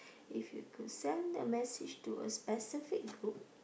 if you could send a message to a specific group